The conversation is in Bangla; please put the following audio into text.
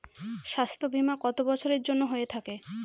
স্বাস্থ্যবীমা কত বছরের জন্য হয়ে থাকে?